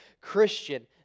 Christian